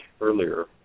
earlier